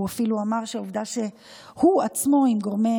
הוא אפילו אמר שהעובדה שהוא עצמו עם גורמי